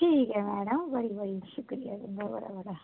ठीक ऐ म्हाराज बड़ा बड़ा शुक्रिया तुंदा